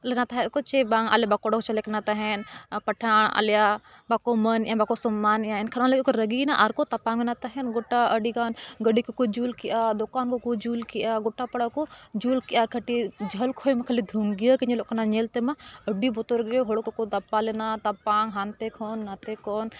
ᱞᱮᱱᱟ ᱛᱟᱦᱮᱸᱫ ᱠᱚ ᱪᱮᱫ ᱵᱟᱝ ᱟᱞᱮ ᱵᱟᱠᱚ ᱩᱰᱩᱠ ᱦᱚᱪᱚ ᱠᱟᱱᱟ ᱛᱟᱦᱮᱱ ᱯᱟᱴᱷᱟᱲ ᱟᱞᱮᱭᱟᱜ ᱵᱟᱠᱚ ᱢᱟᱹᱱ ᱮᱫᱟ ᱵᱟᱠᱚ ᱥᱚᱢᱢᱟᱱᱮᱫᱟ ᱮᱱᱠᱷᱟᱱ ᱩᱱ ᱦᱤᱞᱳᱜ ᱫᱚᱠᱚ ᱨᱟᱹᱜᱤᱭᱮᱱᱟ ᱟᱨᱠᱚ ᱛᱟᱯᱟᱢ ᱮᱱᱟ ᱛᱟᱦᱮᱱ ᱜᱚᱴᱟ ᱟᱹᱰᱤ ᱜᱟᱱ ᱜᱟᱹᱰᱤ ᱠᱚᱠᱚ ᱡᱩᱞ ᱠᱮᱫᱼᱟ ᱫᱚᱠᱟᱱ ᱠᱚᱠᱚ ᱡᱩᱞ ᱠᱮᱫᱼᱟ ᱜᱚᱴᱟ ᱯᱟᱲᱟ ᱠᱚ ᱡᱩᱞ ᱠᱮᱫᱟ ᱠᱟᱹᱴᱤᱡ ᱡᱷᱟᱹᱞ ᱠᱷᱚᱡ ᱢᱟ ᱠᱷᱟᱹᱞᱤ ᱫᱷᱩᱸᱣᱟᱹ ᱜᱮ ᱧᱮᱞᱚᱜ ᱠᱟᱱᱟ ᱧᱮᱞ ᱛᱮᱢᱟ ᱟᱹᱰᱤ ᱵᱚᱛᱚᱨ ᱜᱮ ᱦᱚᱲ ᱠᱚᱠᱚ ᱫᱟᱯᱟᱞᱮᱱᱟ ᱛᱟᱯᱟᱢ ᱦᱟᱱᱛᱮ ᱠᱷᱚᱱ ᱱᱟᱛᱮ ᱠᱷᱚᱱ